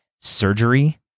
Surgery